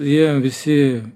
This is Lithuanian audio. jie visi